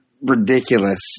ridiculous